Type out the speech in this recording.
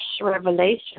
revelation